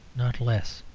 not less.